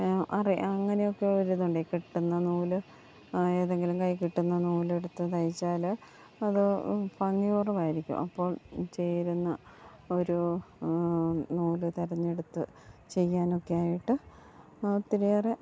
അറി അങ്ങനെയൊക്കെ ഒരിതുണ്ടേ കിട്ടുന്ന നൂല് ഏതെങ്കിലും കൈ കിട്ടുന്ന നൂലെടുത്ത് തയ്ച്ചാൽ അത് ഭംഗി കുറവായിരിക്കും അപ്പോൾ ചേരുന്ന ഒരു നൂല് തിരഞ്ഞെടുത്ത് ചെയ്യാനൊക്കെയായിട്ട് ഒത്തിരിയേറെ